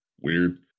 Weird